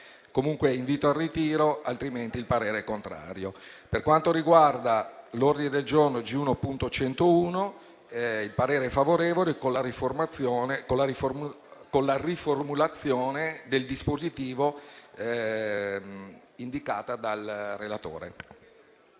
Comunque invito al ritiro, altrimenti il parere è contrario. Per quanto riguarda l'ordine del giorno G1.101, il parere è favorevole con la riformulazione del dispositivo indicata dal relatore.